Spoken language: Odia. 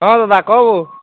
ହଁ ଲୋ ବା କହୁ